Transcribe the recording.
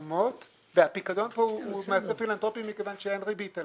פילנטרופי והפיקדון הוא מעשה פילנטרופי מכיוון שאין עליו ריבית.